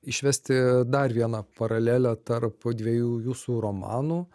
išvesti dar vieną paralelę tarp dviejų jūsų romanų